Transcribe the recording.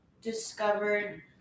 discovered